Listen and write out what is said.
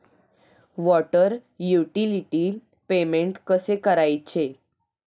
Water utility payment कसे करायचे?